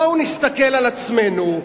בואו נסתכל על עצמנו,